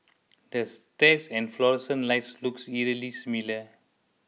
the stairs and fluorescent lights looks eerily similar